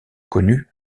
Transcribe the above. connu